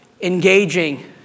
engaging